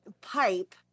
pipe